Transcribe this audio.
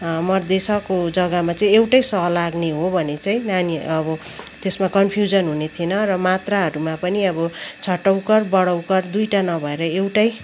मर्देसको जग्गामा चाहिँ एउटै स लाग्ने हो भने चाहिँ नानी अब त्यसमा कन्फयुजन हुने थिएन र मात्राहरूमा पनि अब छोटा उकार बडा ऊकार दुईटा नभएर एउटै